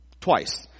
Twice